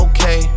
Okay